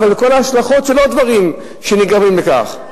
אבל כל ההשלכות של עוד דברים שנגרמים מכך.